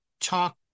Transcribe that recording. talk